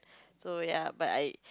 so ya but I